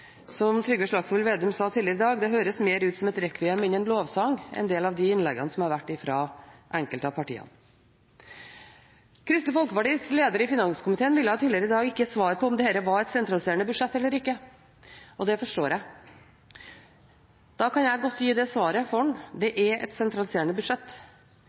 Som Trygve Slagsvold Vedum sa tidligere i dag: En del av de innleggene som har vært fra enkelte av partiene, «hørtes mer ut som et rekviem enn en lovsang». Kristelig Folkepartis leder i finanskomiteen ville tidligere i dag ikke svare på om dette var et sentraliserende budsjett eller ikke, og det forstår jeg. Da kan jeg godt gi det svaret for ham: Det er et sentraliserende budsjett.